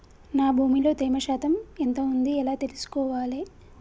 నా భూమి లో తేమ శాతం ఎంత ఉంది ఎలా తెలుసుకోవాలే?